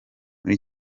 muri